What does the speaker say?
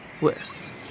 worse